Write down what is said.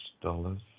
dollars